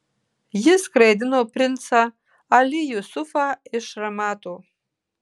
jis skraidino princą ali jusufą iš ramato